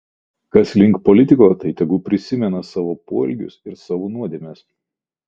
kas link politiko tai tegu prisimena savo poelgius ir savo nuodėmes